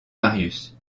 marius